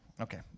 Okay